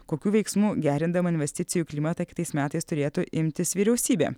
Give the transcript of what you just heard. kokių veiksmų gerindama investicijų klimatą kitais metais turėtų imtis vyriausybė